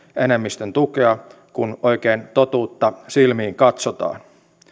enemmistön tukea kun oikein totuutta silmiin katsotaan